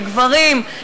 לגברים,